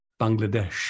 Bangladesh